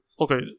okay